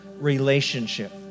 relationship